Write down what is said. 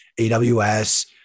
AWS